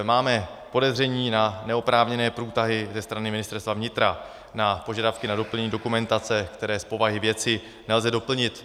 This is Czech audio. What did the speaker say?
Máme podezření na neoprávněné průtahy ze strany Ministerstva vnitra na požadavky na doplnění dokumentace, které z povahy věci nelze doplnit.